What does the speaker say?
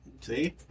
See